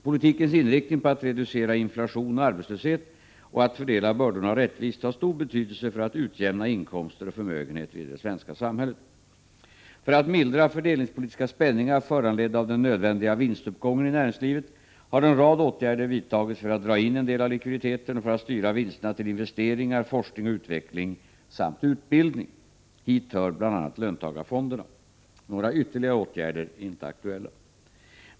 Politikens inriktning på att reducera inflation och arbetslöshet och att fördela bördorna rättvist har stort betydelse för att utjämna inkomster och förmögenheter i det svenska samhället. För att mildra fördelningspolitiska spänningar föranledda av den nödvändiga vinstuppgången i näringslivet har en rad åtgärder vidtagits för att dra in en del av likviditeten och för att styra vinsterna till investeringar, forskning och utveckling samt utbildning. Hit hör bl.a. löntagarfonderna. Några ytterligare åtgärder är inte aktuella.